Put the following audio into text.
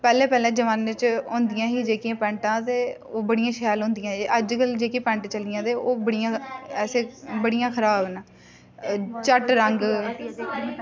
पैह्लें पैह्लें जमान्ने च होंदियां जेह्कियां पैंटां ते ओह् बड़ियां शैल होंदियां अज्जकल जेह्कियां पैंट चली दियां ओह् बड़ियां ऐसे बड़ियां खराब न झट रंग